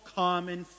common